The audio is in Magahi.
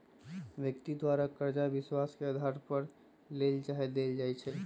व्यक्ति द्वारा करजा विश्वास के अधार पर लेल चाहे देल जाइ छइ